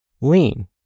Lean